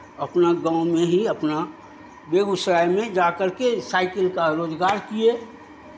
अपना गाँव में ही अपना बेगूसराय में जा कर के साईकिल का रोज़गार किए